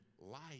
life